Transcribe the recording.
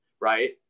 right